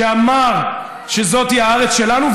שאמר שזאת היא הארץ שלנו,